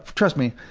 trust me,